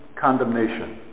condemnation